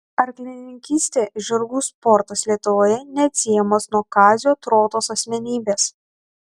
arklininkystė žirgų sportas lietuvoje neatsiejamas nuo kazio trotos asmenybės